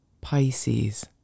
Pisces